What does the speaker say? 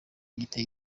giteye